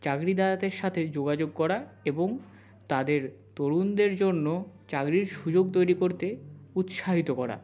চাকরি দাতাদের সাথে যোগাযোগ করা এবং তাদের তরুণদের জন্য চাকরির সুযোগ তৈরি করতে উৎসাহিত করা